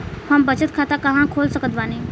हम बचत खाता कहां खोल सकत बानी?